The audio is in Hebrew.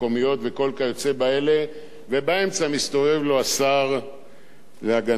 ובאמצע מסתובב לו השר להגנת העורף וילנאי,